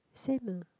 same uh